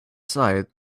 site